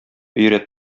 өйрәт